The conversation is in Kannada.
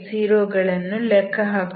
1x0 ಗಳನ್ನು ಲೆಕ್ಕ ಹಾಕುತ್ತೇನೆ